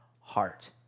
heart